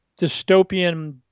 dystopian